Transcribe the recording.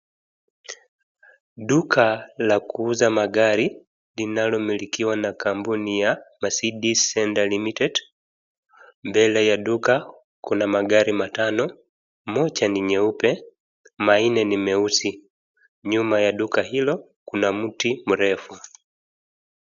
Duka la kuuza magari linalo milikiwa na kampuni ya Mercedes Center Limited. Mbele ya duka kuna magari matano moja ni nyeupe manne ni meusi. Nyuma ya duka kuna mti mrefu.